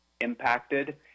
impacted